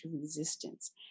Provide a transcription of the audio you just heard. resistance